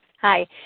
Hi